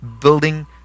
building